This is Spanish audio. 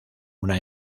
una